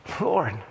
Lord